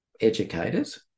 educators